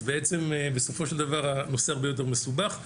אז בעצם בסופו של דבר הנושא הרבה יותר מסובך.